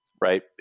right